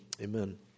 Amen